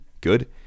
good